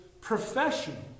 professional